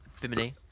Bimini